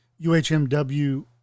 uhmw